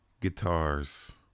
guitars